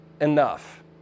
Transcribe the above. enough